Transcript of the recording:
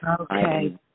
Okay